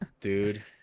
Dude